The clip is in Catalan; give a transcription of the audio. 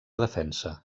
defensa